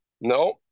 No